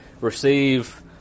Receive